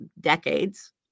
decades